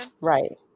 Right